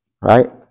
Right